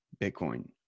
bitcoin